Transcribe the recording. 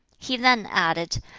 he then added,